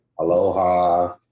Aloha